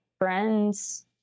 friends